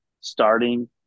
starting